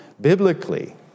Biblically